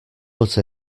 but